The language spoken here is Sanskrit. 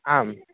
आम्